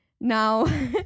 now